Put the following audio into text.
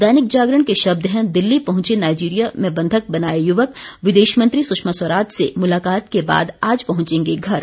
दैनिक जागरण के शब्द हैं दिल्ली पहुंचे नाजीरिया में बंधक बनाए युवक विदेश मंत्री सुषमा स्वराज से मुलाकात के बाद आज पहुंचेगे घर